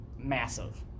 massive